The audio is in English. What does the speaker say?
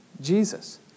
Jesus